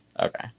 Okay